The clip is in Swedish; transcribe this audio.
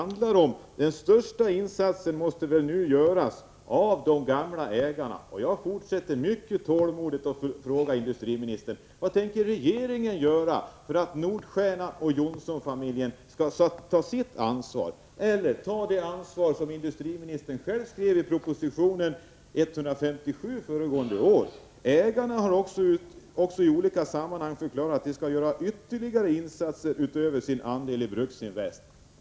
Nu måste den största insatsen göras av de gamla ägarna, och jag fortsätter att mycket tålmodigt fråga industriministern: Vad tänker regeringen göra för att Nordstiernan-Johnson-familjen skall ta det ansvar som industriministern själv beskrev i proposition 157 föregående år? Ägarna har också i olika sammanhang förklarat att de skall göra ytterligare insatser utöver sin andel i Bruksinvest.